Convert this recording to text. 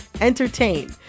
entertain